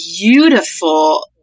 beautiful